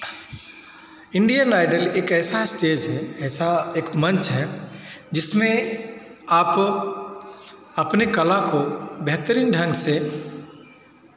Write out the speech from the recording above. Indian Idol एक ऐसा stage है ऐसा एक मंच है जिसमें आप अपने कला को बेहतरीन ढंग से